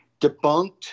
debunked